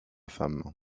femme